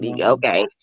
okay